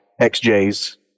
xj's